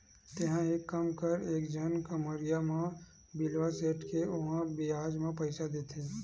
तेंहा एक काम कर एक झन खम्हरिया म बिलवा सेठ हे ओहा बियाज म पइसा देथे